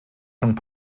rhwng